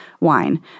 wine